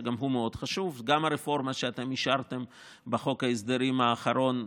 שגם הוא מאוד חשוב: גם הרפורמה שאתם אישרתם בחוק ההסדרים האחרון,